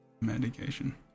...medication